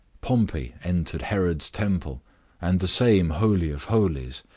pompey entered herod's temple and the same holy of holies,